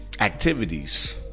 activities